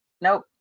Nope